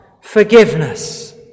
Forgiveness